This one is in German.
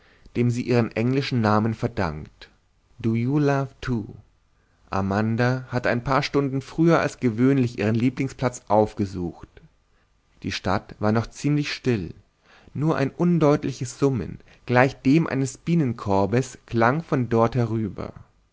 dem sie ihren englischen namen verdankt do you love too amanda hatte ein paar stunden früher als gewöhnlich ihren lieblingsplatz aufgesucht die stadt war noch ziemlich still nur ein undeutliches summen gleich dem eines bienenkorbes drang von dort herüber